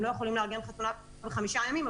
הם לא יכולים לארגן חתונה תוך חמישה ימים.